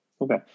Okay